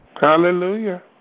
Hallelujah